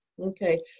Okay